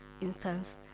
instance